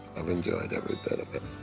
i've enjoyed every bit of it.